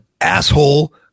asshole